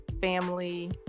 family